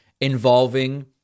involving